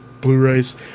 Blu-rays